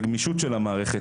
וגמישות של המערכת,